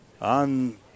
on